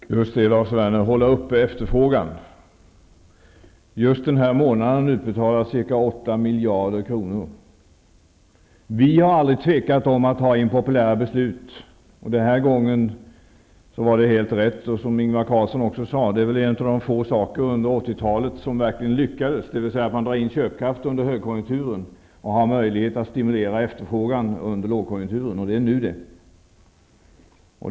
Herr talman! Just det, Lars Werner, det gäller att hålla uppe efterfrågan. Just den här månaden utbetalas ca 8 miljarder kronor. Vi har aldrig tvekat att fatta impopulära beslut. Den här gången var det helt rätt, som också Ingvar Carlsson sade. En av de få saker under 80-talet som man verkligen lyckades med var att dra in köpkraften under högkonjunkturen för att ha möjlighet att stimulera efterfrågan under lågkonjunkturen. Det är nu det.